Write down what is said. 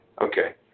Okay